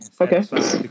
Okay